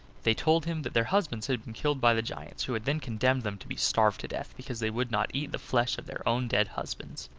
they told him that their husbands had been killed by the giants, who had then condemned them to be starved to death because they would not eat the flesh of their own dead husbands.